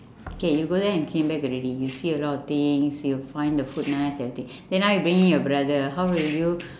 okay you go there and came back already you see a lot of things you find the food nice everything then now you bringing your brother how will you